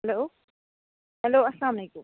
hello hello السَلامُ علیکُم